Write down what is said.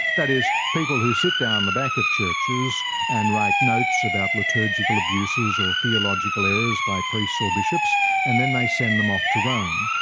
that is people who sit down the back of churches and write notes about liturgical abuses or theological errors by priests or bishops and then they send them off to rome.